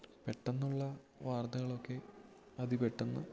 പെട്ടെന്നുള്ള വാർത്തകളൊക്കെ അതി പെട്ടെന്ന്